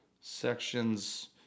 sections